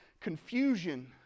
confusion